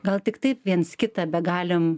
gal tik taip viens kitą begalim